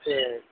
சரி